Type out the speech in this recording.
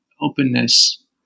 openness